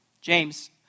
James